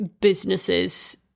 businesses